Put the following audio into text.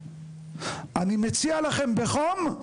אני מציע לכם בחום,